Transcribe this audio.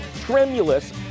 Tremulous